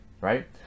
right